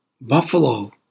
Buffalo